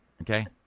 Okay